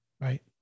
right